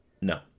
No